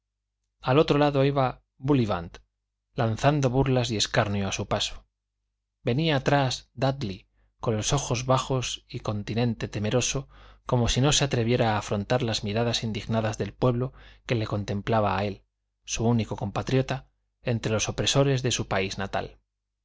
al otro lado iba búllivant lanzando burlas y escarnio a su paso venía atrás dúdley con los ojos bajos y continente temeroso como si no se atreviera a afrontar las miradas indignadas del pueblo que le contemplaba a él su único compatriota entre los opresores de su país natal el